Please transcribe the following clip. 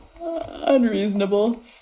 unreasonable